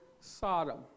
Sodom